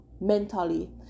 mentally